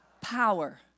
power